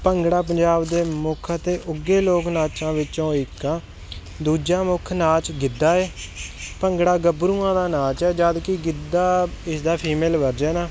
ਭੰਗੜਾ ਪੰਜਾਬ ਦੇ ਮੁੱਖ ਅਤੇ ਉੱਘੇ ਲੋਕ ਨਾਚਾਂ ਵਿੱਚੋਂ ਇੱਕ ਆ ਦੂਜਾ ਮੁੱਖ ਨਾਚ ਗਿੱਧਾ ਹੈ ਭੰਗੜਾ ਗੱਭਰੂਆਂ ਦਾ ਨਾਚ ਹੈ ਜਦਕਿ ਗਿੱਧਾ ਇਸਦਾ ਫੀਮੇਲ ਵਰਜਨ ਆ